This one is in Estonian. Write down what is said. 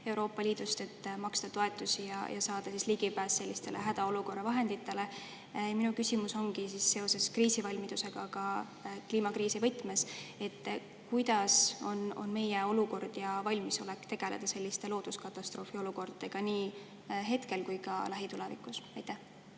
et saaks maksta toetusi ja oleks ligipääs hädaolukorra vahenditele. Minu küsimus ongi seoses kriisivalmidusega kliimakriisi võtmes. Milline on meie olukord ja valmisolek tegeleda selliste looduskatastroofi olukordadega nii hetkel kui ka lähitulevikus? Aitäh,